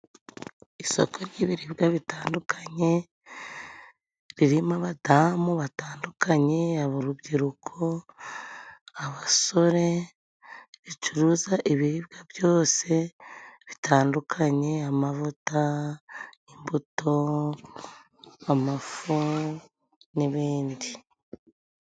Isoko ry'ibiribwa bitandukanye， ririmo abadamu batandukanye， urubyiruko，abasore，ricuruza ibiribwa byose bitandukanye，amavuta， imbuto， amafu n'ibindi.